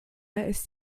ist